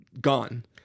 gone